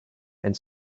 and